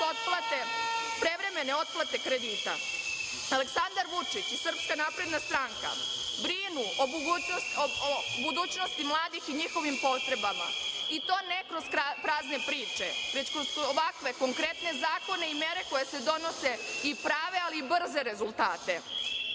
prevremene otplate kredita. Aleksandar Vučić i SNS brinu o budućnosti mladih i njihovim potrebama, i to ne kroz prazne priče, već kroz ovakve konkretne zakone i mere koje se donose i prave, ali brze rezultate.